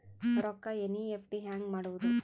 ರೊಕ್ಕ ಎನ್.ಇ.ಎಫ್.ಟಿ ಹ್ಯಾಂಗ್ ಮಾಡುವುದು?